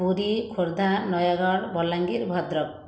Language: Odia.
ପୁରୀ ଖୋର୍ଦ୍ଧା ନୟାଗଡ଼ ବଲାଙ୍ଗୀର ଭଦ୍ରକ